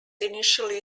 initially